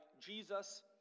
Jesus